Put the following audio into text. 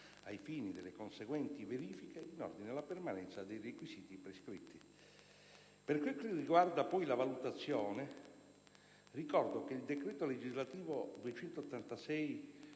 ai fini delle conseguenti verifiche in ordine alla permanenza dei requisiti prescritti." Per quel che riguarda poi la valutazione, ricordo che il decreto legislativo n.